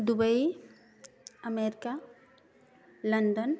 Dubai America London